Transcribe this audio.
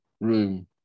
room